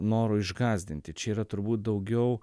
noru išgąsdinti čia yra turbūt daugiau